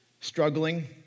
struggling